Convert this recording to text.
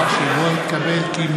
התקבל.